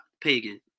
Pagan